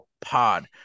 pod